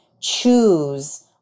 choose